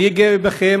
אני גאה בכם